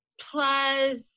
Plus